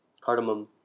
cardamom